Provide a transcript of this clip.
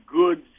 goods